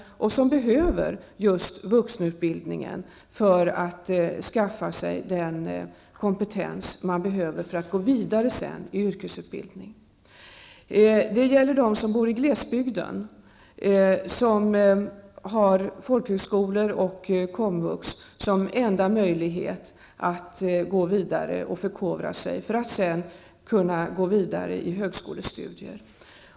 Dessa kvinnor behöver just vuxenutbildningen för att skaffa sig den kompetens som behövs för att de skall kunna gå vidare i sin yrkesutbildning. Det drabbar även dem som bor i glesbygden. De har folkhögskolor och komvux som enda möjlighet att vidareförkovra sig för att sedan kunna gå vidare i högskolestudier.